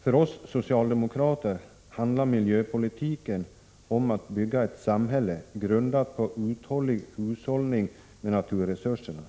För oss socialdemokrater handlar miljöpolitiken om att bygga ett samhälle, grundat på uthållig hushållning med naturresurserna.